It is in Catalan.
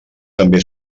també